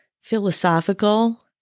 philosophical